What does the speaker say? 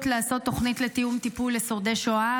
לעשות תוכנית לתיאום טיפול לשורדי שואה,